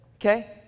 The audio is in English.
Okay